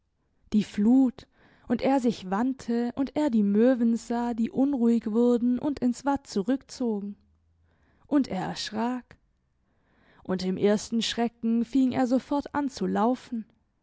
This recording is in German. überfiel die flut und er sich wandte und er die möwen sah die unruhig wurden und ins watt zurückzogen und er erschrak und im ersten schrecken fing er sofort an zu laufen